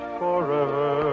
forever